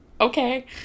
okay